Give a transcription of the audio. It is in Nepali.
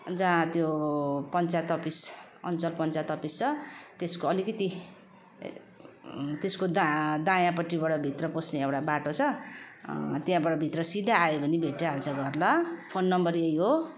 जहाँ त्यो पञ्चायत अफिस अन्चल पञ्चायत अफिस छ त्यसको अलिकति त्यसको दा दायाँपट्टिबाट भित्र पस्ने एउटा बाटो छ त्यहाँबाट भित्र सिधा आयो भने भेटाइहाल्छ घर ल फोन नम्बर यही हो